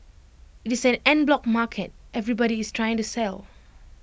IT is an en bloc market everybody is trying to sell